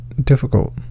difficult